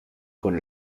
con